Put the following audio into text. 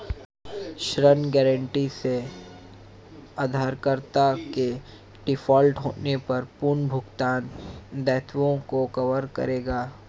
ऋण गारंटी से उधारकर्ता के डिफ़ॉल्ट होने पर पुनर्भुगतान दायित्वों को कवर करेगा